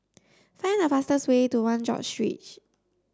find the fastest way to One George Street